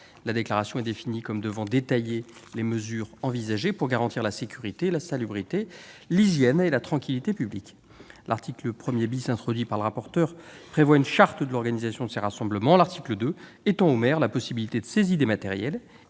La déclaration devra détailler les mesures envisagées pour garantir la sécurité, la salubrité, l'hygiène et la tranquillité publiques. L'article 1 , introduit sur l'initiative du rapporteur, prévoit une charte de l'organisation de ces rassemblements. L'article 2 étend aux maires la possibilité de saisie des matériels